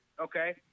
Okay